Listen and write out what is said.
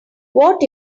what